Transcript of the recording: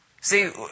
see